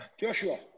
Joshua